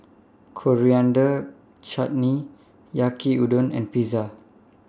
Coriander Chutney Yaki Udon and Pizza